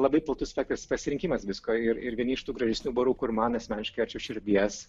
labai platus spektras pasirinkimas visko ir ir vieni iš tų gražesnių barų kur man asmeniškai arčiau širdies